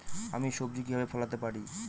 আমি সবজি কিভাবে ফলাতে পারি?